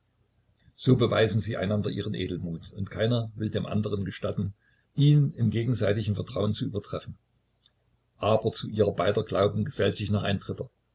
so beweisen sie einander ihren edelmut und keiner will dem anderen gestatten ihn im gegenseitigen vertrauen zu übertreffen aber zu ihrer beider glauben gesellt sich noch ein dritter